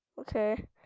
Okay